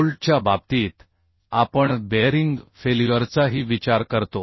बोल्टच्या बाबतीत आपण बेअरिंग फेल्युअरचाही विचार करतो